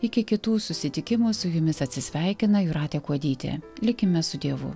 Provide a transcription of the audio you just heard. iki kitų susitikimų su jumis atsisveikina jūratė kuodytė likime su dievu